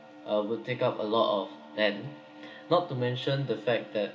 uh will take up a lot of land not to mention the fact that